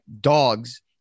dogs